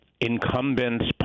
incumbents